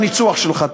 בניצוח שלך.